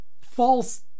false